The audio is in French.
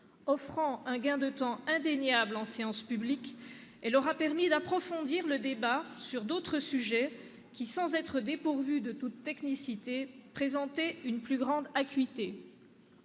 Offrant un gain de temps indéniable en séance publique, elle aura permis d'approfondir le débat sur d'autres points qui, sans être dépourvus de toute technicité, présentaient une plus grande acuité.